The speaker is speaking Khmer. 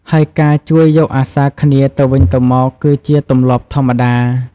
ហើយការជួយយកអាសាគ្នាទៅវិញទៅមកគឺជាទម្លាប់ធម្មតា។